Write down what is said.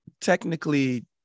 technically